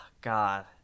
God